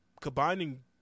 combining